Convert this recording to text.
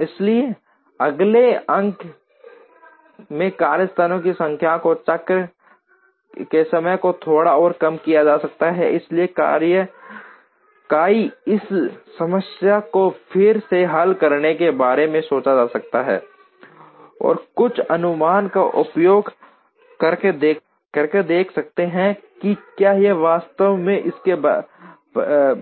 इसलिए अगले अंक में कार्यस्थलों की संख्या को चक्र के समय को थोड़ा और कम किया जा सकता है इसलिए कोई इस समस्या को फिर से हल करने के बारे में सोच सकता है और कुछ अनुमानों का उपयोग करके देख सकता है कि क्या हम वास्तव में इसके